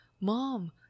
Mom